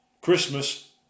Christmas